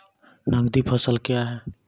नगदी फसल क्या हैं?